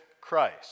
Christ